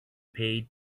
paid